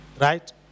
Right